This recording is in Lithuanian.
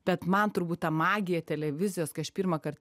bet man turbūt ta magija televizijos kai aš pirmąkart